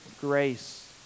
grace